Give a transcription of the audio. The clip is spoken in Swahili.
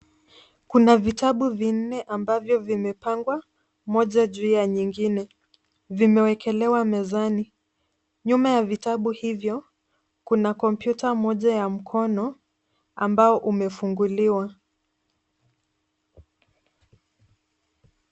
Kuna vitabu vinne ambavyo vimepangwa moja juu ya nyingine. Vimewekelewa mezani. Nyuma ya vitabu hivyo kuna kompyuta moja ya mkono ambao umefunguliwa.